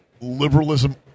liberalism